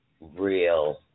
real